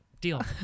deal